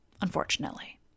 unfortunately